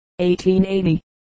1880